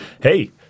hey